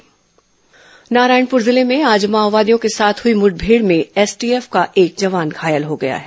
मुठमेड़ जवान घायल नारायणपुर जिले में आज माओवादियों के साथ हुई मुठभेड़ में एसटीएफ का एक जवान घायल हो गया है